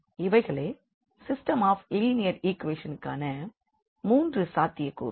இவைகளே system of linear ஈக்வேஷன்க்கான மூன்று சாத்தியக் கூறுகள்